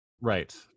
Right